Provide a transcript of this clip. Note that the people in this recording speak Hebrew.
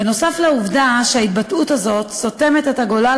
בנוסף לעובדה שההתבטאות הזאת סותמת את הגולל